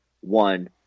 one